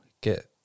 get